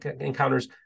encounters